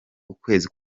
ukwezi